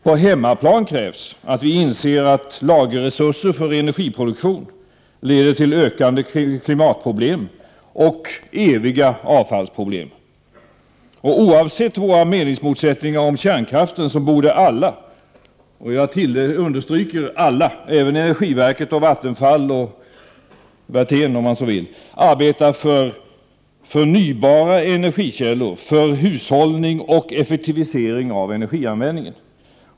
På hemmaplan krävs att vi inser att lagerresursen för energiproduktionen leder till ökande klimatproblem och eviga avfallsproblem. Oavsett våra meningsmotsättningar om kärnkraften borde alla, och jag vill understryka alla, även energiverket, Vattenfall och Werthén, arbeta för förnybara energikällor, för hushållning och effektivisering av energianvändningen.